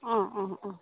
অঁ অঁ অঁ